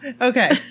Okay